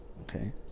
Okay